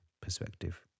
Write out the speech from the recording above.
perspective